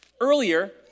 earlier